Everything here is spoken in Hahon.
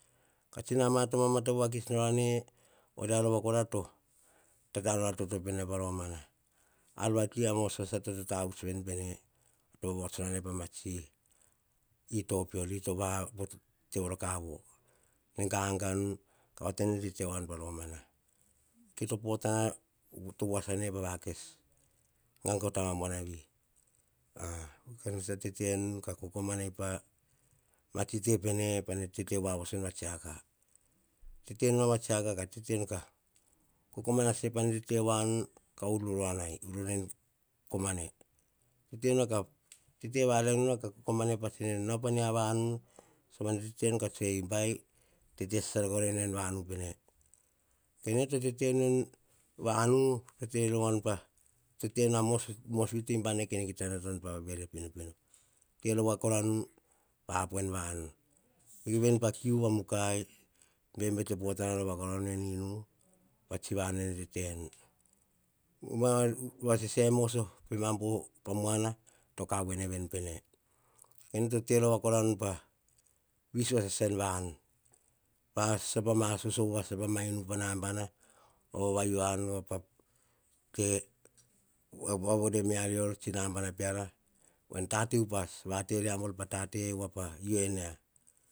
Ka tsi nabana to vamatopo vakits nora a ne. oria rova kora to, tata nor a toto pene, pa romana. Ar vati, mos va sata to tavuts ven pene, vavahots nor ane pa ma tsi ito peor. Ito peor tevoro kavo. Nene gaganu ka tete voa nu veni pa romana. Kito potana to voa sa ne pa gaga o taba buanavi. A, ene tsa tete nu ka kokomanai pa ma tsi te pene, pane tete voa voso nu va tsiaka. Tete nu nao va tsiaka, tete nu ka kokomana sasai, pa ne tete voa nu, ka ururua en komane. Tete varae nu nao ka kokomanai, pa tsene nao pa ma vanu. Sovane tete nu ka tsoe bai, tete sasa korai nu en vanu pene. Pene to tete nu en vanu, tete rova nu. To tena mos to imbi ane, kene kita nata nu pa vere pinopino. Terova kora nu pa apo en vanu. Kiu ven pa kiu vamukai. Bebete potana rova kor nu en inu, pa tsi vanu nene tetenu. Ubam ar vasasai moso pemam pa muana to kavuene ven pene. Te rova kora nu pa vis vasas en vanu. Vasasa vasosovo vasasa pa ma inu pa nabana, vava u an, vavore mia rior tsinabana peara, voen, tate upas va tate ria buar pa tate voa pa u emia.